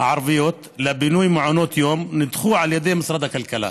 הערביות לבינוי מעונות יום נדחו על ידי משרד הכלכלה.